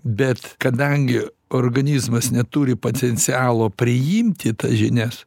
bet kadangi organizmas neturi potencialo priimti tas žinias